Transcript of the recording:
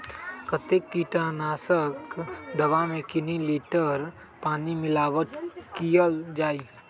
कतेक किटनाशक दवा मे कितनी लिटर पानी मिलावट किअल जाई?